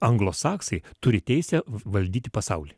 anglosaksai turi teisę valdyti pasaulį